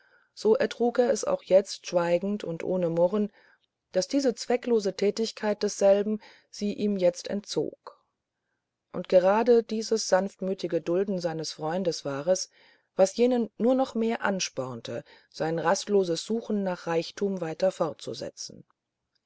so ertrug er es auch jetzt schweigend und ohne murren daß die zwecklose tätigkeit desselben sie ihm jetzt entzog und gerade dieses sanftmütige dulden seines freundes war es was jenen nur noch mehr anspornte sein rastloses suchen nach reichtum weiter fortzusetzen